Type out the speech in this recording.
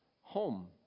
home